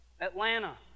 Atlanta